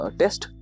test